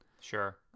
sure